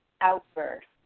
outburst